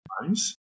times